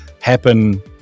happen